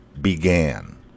began